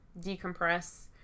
decompress